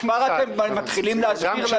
אז כבר אתם מתחילים להסביר לנו --- יש מושג,